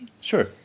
Sure